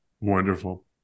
Wonderful